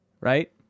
Right